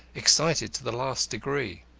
excited to the last degree.